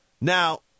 Now